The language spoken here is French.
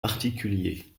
particulier